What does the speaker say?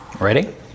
Ready